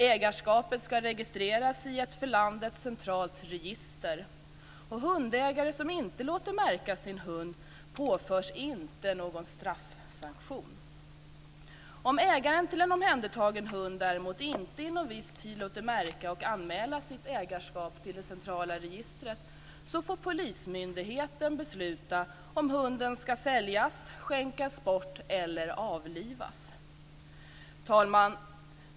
Ägarskapet ska registreras i ett för landet centralt register. Hundägare som inte låter märka sin hund påförs inte någon straffsanktion. Om ägaren till en omhändertagen hund däremot inte inom viss tid låter märka och anmäla sitt ägarskap till det centrala registret får polismyndigheten besluta om hunden ska säljas, skänkas bort eller avlivas. Fru talman!